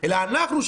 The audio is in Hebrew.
אלא אנחנו,